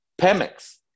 Pemex